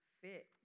fit